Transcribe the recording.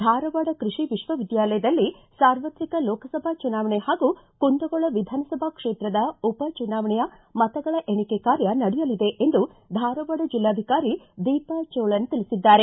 ಧಾರವಾಡ ಕೃಷಿ ವಿಶ್ವವಿದ್ಯಾಲಯಲ್ಲಿ ಸಾರ್ವತ್ರಿಕ ಲೋಕಸಭೆ ಚುನಾವಣೆ ಹಾಗೂ ಕುಂದಗೋಳ ವಿಧಾನಸಭಾ ಕ್ಷೇತ್ರದ ಉಪಚುನಾವಣೆಯ ಮತಗಳ ಎಣಿಕೆ ಕಾರ್ಯ ನಡೆಯಲಿದೆ ಎಂದು ಧಾರವಾಡ ಜಿಲ್ಲಾಧಿಕಾರಿ ದೀಪಾ ಜೋಳನ್ ತಿಳಿಸಿದ್ದಾರೆ